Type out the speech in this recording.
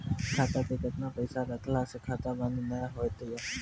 खाता मे केतना पैसा रखला से खाता बंद नैय होय तै?